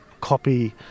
copy